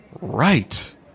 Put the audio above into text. right